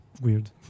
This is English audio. weird